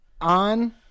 on